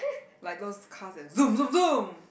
like those car that zoom zoom zoom